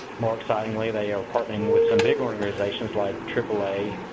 more excitedly they are partnering with some big organizations like aaa,